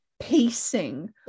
pacing